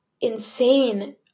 insane